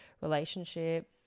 relationship